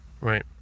Right